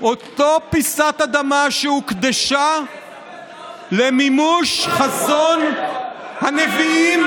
אותה פיסת אדמה שהוקדשה למימוש חזון הנביאים,